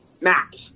Max